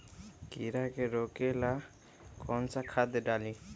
कीड़ा के रोक ला कौन सा खाद्य डाली?